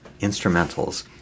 instrumentals